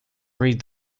read